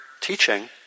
teaching